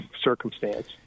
circumstance